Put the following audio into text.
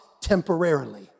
temporarily